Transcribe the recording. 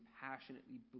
passionately